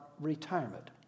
retirement